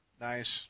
Nice